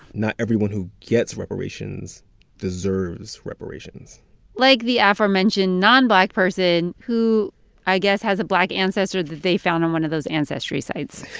not everyone who gets reparations deserves reparations like the aforementioned nonblack person who i guess has a black ancestor that they found on one of those ancestry sites